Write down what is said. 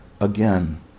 again